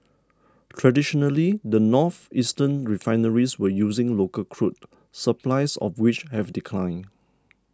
traditionally the northeastern refineries were using local crude supplies of which have declined